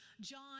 John